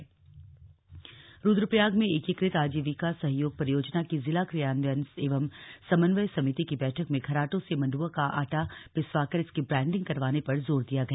बैठक रुद्रप्रयाग रुद्वप्रयाग में एकीकृत आजीविका सहयोग परियोजना की जिला क्रियान्वयन एवं समन्वयन समिति की बैठक में घराटों से मंडुवा का आटा पिसवाकर इसकी ब्रैंडिंग करवाने पर जोर दिया गया